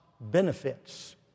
benefits